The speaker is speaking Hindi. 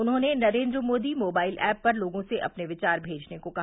उन्होंने नरेन्द्र मोदी मोबाइल ऐप पर लोगों से अपने विचार भेजने को कहा